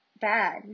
bad